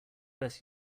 best